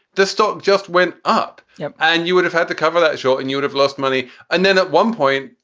the stock just went up yeah and you would have had to cover that show and you would have lost money. and then at one point,